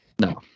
no